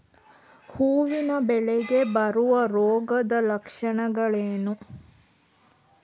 ಹೂವಿನ ಬೆಳೆಗೆ ಬರುವ ರೋಗದ ಲಕ್ಷಣಗಳೇನು?